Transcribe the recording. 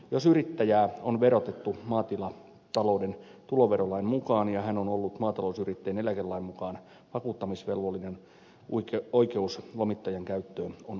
jos yrittäjää on verotettu maatilatalouden tuloverolain mukaan ja hän on ollut maatalousyrittäjien eläkelain mukaan vakuuttamisvelvollinen oikeus lomittajan käyttöön on ollut